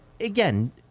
again